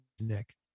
Nick